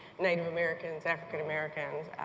native americans, african americans,